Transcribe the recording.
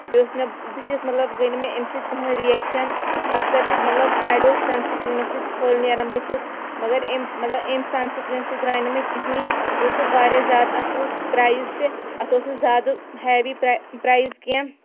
بیٚیہِ اوس مےٚ بٕتھِس مطلب گٔے نہٕ مےٚ اَمہِ سۭتۍ کٕہۭنۍ رِیَکشَن اَکثَر چھِ مطلب اَڈیو سَن سٕکریٖنو سۭتۍ پھٔلۍ نیران بٕتھِس مگر اَمہِ مطلب اَمہِ سَن سٕکریٖن سۭتۍ درٛاے نہٕ مےٚ کِہیٖنۍ بیٚیہِ اوس اَتھ واریاہ زیادٕ اَصٕل پرٛایِز تہِ اَتھ اوس نہٕ زیادٕ ہیوی پرٛایِز کیٚنٛہہ